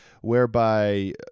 whereby